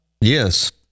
Yes